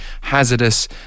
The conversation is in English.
hazardous